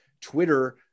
Twitter